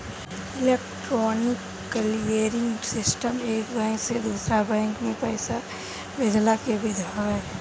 electronic clearing system एक bank से दूसरा बैंक में पईसा भेजला के विधि हवे